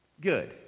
good